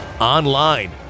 Online